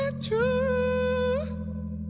True